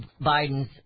Biden's